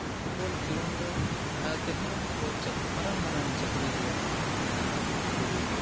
football ᱠᱷᱮᱞᱳᱰ ᱛᱮᱦᱚᱸ ᱟᱵᱚ ᱪᱟᱠ ᱢᱟᱨᱟᱝ ᱢᱟᱨᱟᱝ ᱪᱟᱹᱠᱨᱤᱨᱮ ᱟᱵᱚᱨᱮᱱ